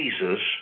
Jesus